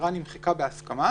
העתירה נמחקה בהסכמה,